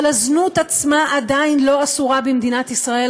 אבל הזנות עצמה עדיין לא אסורה במדינת ישראל,